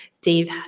Dave